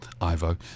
Ivo